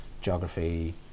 geography